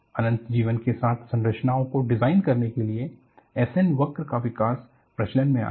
अनंत जीवन के साथ संरचनाओं को डिजाइन करने के लिए S N वक्र का विकास प्रचलन में आया